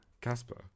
Casper